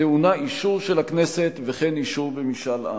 טעונה אישור של הכנסת וכן אישור במשאל עם.